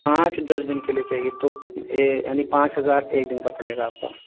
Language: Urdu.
پانچ دس دن کے لیے چاہیے تو یہ یعنی پانچ ہزار ایک دن کا پڑے گا آپ کا